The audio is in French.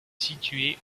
situé